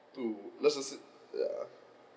to let's just say ya